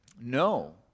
No